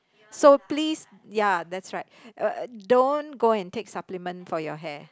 so please ya that's right uh don't go and take supplement for your hair